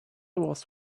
was